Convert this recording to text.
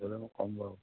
তেতিয়াহ'লে মই কম বাৰু